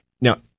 Now